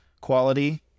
quality